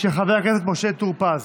של חבר הכנסת משה טור פז.